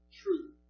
truth